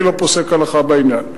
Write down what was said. אני לא פוסק הלכה בעניין.